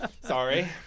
Sorry